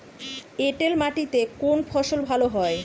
এঁটেল মাটিতে কোন ফসল ভালো হয়?